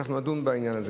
אנחנו נדון בעניין הזה.